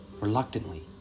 Reluctantly